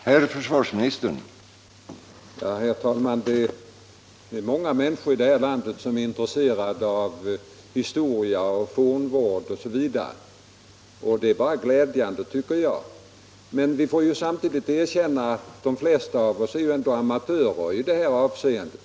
Herr talman! Det är många människor här i landet som är intresserade av historia, fornminnesvård osv., och det tycker jag är bara glädjande. Men vi får samtidigt erkänna att de flesta av oss ändå är amatörer i dessa avseenden.